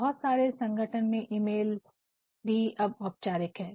बहुत सारे संगठनों में ईमेल भी अब औपचारिक है